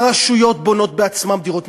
הרשויות בונות בעצמן דירות,